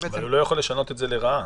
הוא לא יכול לשנות את זה לרעה,